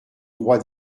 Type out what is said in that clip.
roi